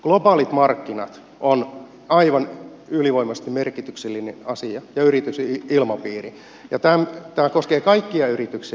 globaalit markkinat ovat aivan ylivoimaisesti merkityksellisin asia ja yritysilmapiiri ja tämä koskee kaikkia yrityksiä